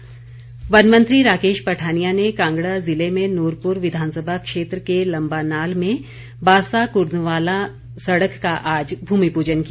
पठानिया वन मंत्री राकेश पठानिया ने कांगड़ा ज़िले में नुरपूर विधानसभा क्षेत्र के लम्बानाल में बासा कुर्दवालां सड़क का आज भूमि पूजन किया